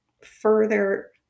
further